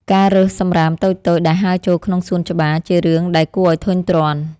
ការរើសសម្រាមតូចៗដែលហើរចូលក្នុងសួនច្បារ ជារឿងដែលគួរឱ្យធុញទ្រាន់។